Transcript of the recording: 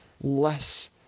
less